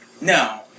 No